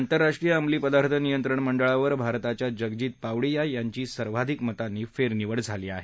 आतंरराष्ट्रीय अंमली पदार्थ नियंत्रण मंडळावर भारताच्या जगजीत पावडिया यांची सर्वाधिक मतांनी फेरनिवड झाली आहे